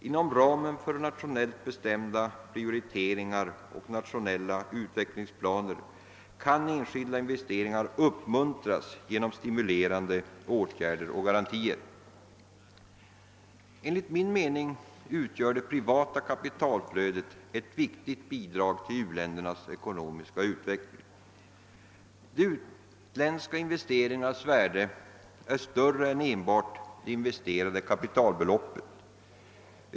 Inom ramen för nationellt bestämda prioriteringar och nationella utvecklingsplaner kan enskilda investeringar uppmuntras genom stimulerande åtgärder och garantier.» Enligt min mening utgör det privata kapitalflödet ett viktigt bidrag till u-ländernas ekonomiska utveckling. De utländska investeringarnas värde är större än enbart det investerade kapitalbeloppet.